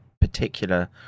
particular